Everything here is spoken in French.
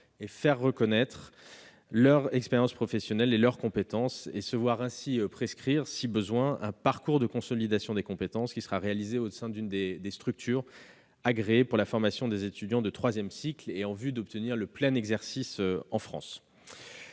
et faire reconnaître leur expérience professionnelle et leurs compétences et se voir prescrire, si besoin, un « parcours de consolidation des compétences », qui sera réalisé au sein de l'une des structures agréées pour la formation des étudiants de troisième cycle, et ce en vue d'obtenir le plein exercice en France.